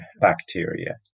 bacteria